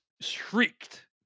shrieked